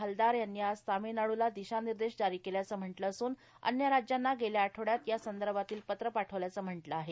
हलदार यांनी आज तामिळनाडुला दिशानिर्देश जारी केल्याचं म्हटलं असून अन्य राज्यांना गेल्या आठवडयात या संदर्भातील पत्र पाठवल्याचं म्हटलं आहे